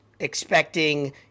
expecting